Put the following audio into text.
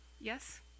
yes